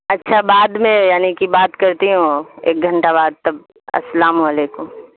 اچھا بعد میں یعنی کہ بات کرتی ہوں ایک گھنٹہ بعد تب السلام علیکم